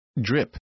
Drip